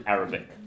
Arabic